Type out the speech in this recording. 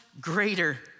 greater